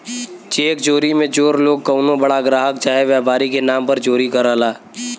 check चोरी मे चोर लोग कउनो बड़ा ग्राहक चाहे व्यापारी के नाम पर चोरी करला